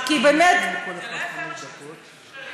זה לא יפה מה שאת עושה.